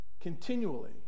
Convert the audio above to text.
continually